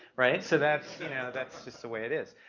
right? so that's you know that's just the way it is.